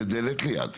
זה דלת ליד.